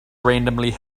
randomly